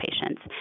patients